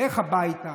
לך הביתה,